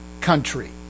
country